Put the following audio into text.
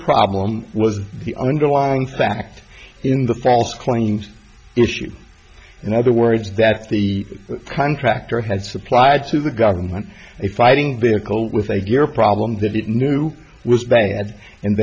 problem was the underlying fact in the false claims issue in other words that the contractor had supplied to the government a fighting vehicle with a gear problem that it knew was bad and